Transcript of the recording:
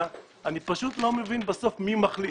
ואני פשוט לא מבין בסוף מי מחליט.